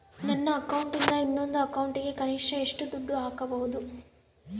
ನನ್ನ ಅಕೌಂಟಿಂದ ಇನ್ನೊಂದು ಅಕೌಂಟಿಗೆ ಕನಿಷ್ಟ ಎಷ್ಟು ದುಡ್ಡು ಹಾಕಬಹುದು?